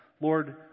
Lord